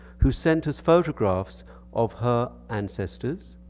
who sent us photographs of her ancestors